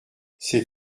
c’est